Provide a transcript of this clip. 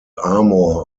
armor